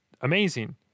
amazing